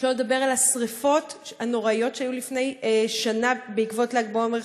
שלא לדבר על השרפות שהיו לפני שנה בעקבות ל"ג בעומר,